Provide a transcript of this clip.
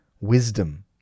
wisdom